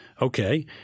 Okay